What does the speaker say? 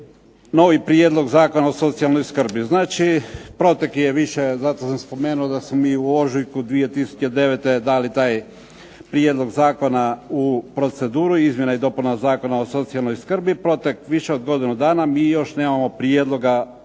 novi Prijedlog zakona o socijalnoj skrbi. Znači, protek je više, zato sam spomenuo da smo mi u ožujku 2009. dali taj prijedlog zakona u proceduru izmjena i dopuna Zakona o socijalnoj skrbi, protek više od godinu dana, mi još nemamo prijedloga